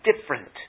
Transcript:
different